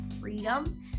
freedom